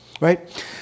right